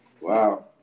wow